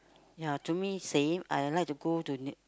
ya to me same I like to go to near~